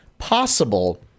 possible